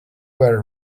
were